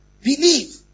Believe